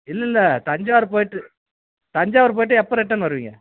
இல்லைல்ல தஞ்சாவூர் போய்விட்டு தஞ்சாவூர் போய்விட்டு எப்போ ரிட்டர்ன் வருவிங்க